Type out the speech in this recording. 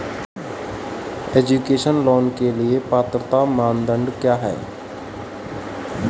Education loan के लिए पात्रता मानदंड क्या है?